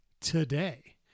today